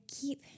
keep